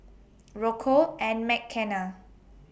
Rocco and Mckenna